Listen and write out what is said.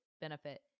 benefit